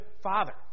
Father